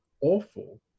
awful